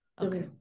Okay